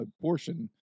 portion